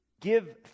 Give